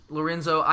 Lorenzo